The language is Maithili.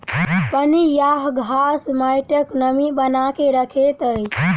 पनियाह घास माइटक नमी बना के रखैत अछि